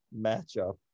matchup